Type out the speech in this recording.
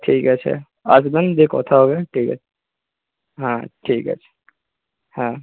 ঠিক আছে আসবেন দিয়ে কথা হবে ঠিক আছ হ্যাঁ ঠিক আছে হ্যাঁ